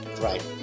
Right